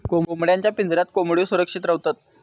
कोंबड्यांच्या पिंजऱ्यात कोंबड्यो सुरक्षित रव्हतत